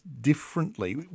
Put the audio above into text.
differently